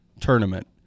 tournament